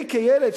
אני כילד,